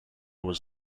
was